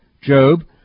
Job